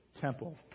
temple